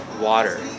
water